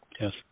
yes